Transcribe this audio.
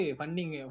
funding